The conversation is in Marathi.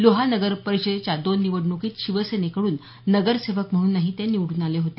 लोहा नगर परिषदेच्या दोन निवडणूकीत शिवसेनेकडून नगरसेवक म्हणूनही ते निवडून आले होते